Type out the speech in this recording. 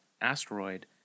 asteroid